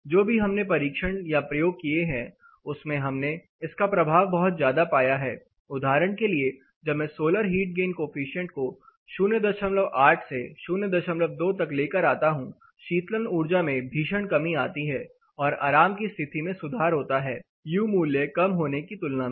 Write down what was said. जो भी हमने परीक्षण या प्रयोग किए हैं उसमें हमने इसका प्रभाव ज्यादा पाया है उदाहरण के लिए जब मैं सोलर हीट गेन कोफिशिएंट को 08 से 02 तक ले कर आता हूं शीतलन ऊर्जा में भीषण कमी आती है और आराम की स्थिति में सुधार होता है यू मूल्य कम होने की तुलना में